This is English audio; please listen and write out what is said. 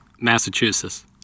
Massachusetts